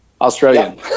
Australian